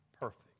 perfect